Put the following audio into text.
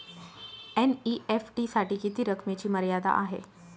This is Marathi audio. एन.ई.एफ.टी साठी किती रकमेची मर्यादा आहे?